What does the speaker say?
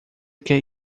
quer